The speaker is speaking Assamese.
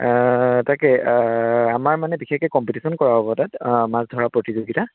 তাকে আমাৰ মানে বিশেষকৈ কম্পিটিশ্যন কৰা হ'ব তাত মাছ ধৰা প্ৰতিযোগিতা